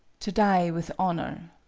to die with honor'